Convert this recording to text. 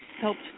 helped